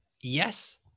Yes